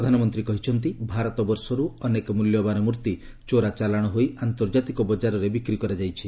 ପ୍ରଧାନମନ୍ତ୍ରୀ କହିଛନ୍ତି ଭାରତବର୍ଷରୁ ଅନେକ ମୂଲ୍ୟବାନ ମୂର୍ତ୍ତି ଚୋରାଚାଲାଣ ହୋଇ ଆନ୍ତର୍ଜାତିକ ବଜାରରେ ବିକ୍ରି କରାଯାଇଛି